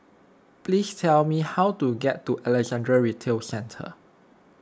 please tell me how to get to Alexandra Retail Centre